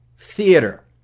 theater